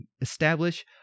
establish